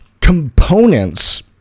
components